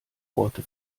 worte